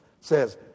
says